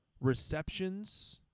receptions